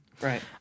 right